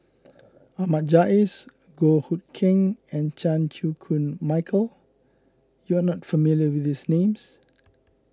Ahmad Jais Goh Hood Keng and Chan Chew Koon Michael you are not familiar with these names